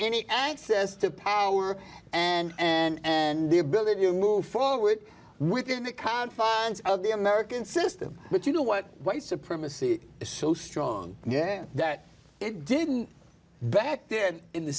any access to power and and and the ability to move forward within the confines of the american system but you know what white supremacy is so strong yeah that it didn't back then in the